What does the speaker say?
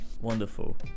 wonderful